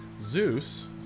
Zeus